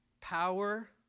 power